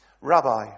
Rabbi